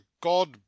God